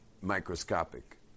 microscopic